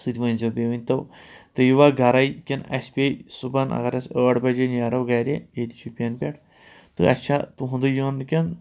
سُہ تہِ ؤنۍزیو بیٚیہِ ؤنۍتو تُہۍ ییٖوا گَرَے کِنہٕ اَسہِ پیٚیہِ صُبحَن اگر اَسہِ ٲٹھ بَجے نیرو گَرِ ییٚتہِ شُپیَن پٮ۪ٹھ تہٕ اَسہِ چھا تُہُنٛدُے یُن کِنہٕ